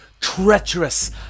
treacherous